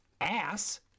ass